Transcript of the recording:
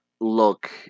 look